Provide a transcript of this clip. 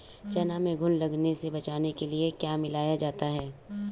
चना में घुन लगने से बचाने के लिए क्या मिलाया जाता है?